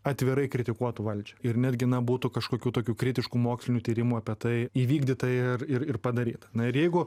atvirai kritikuotų valdžią ir netgi na būtų kažkokių tokių kritiškų mokslinių tyrimų apie tai įvykdyta ir ir ir padaryta na ir jeigu